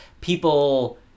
people